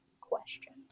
question